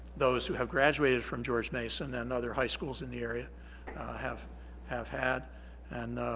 those who have graduated from george mason and other high schools in the area have have had and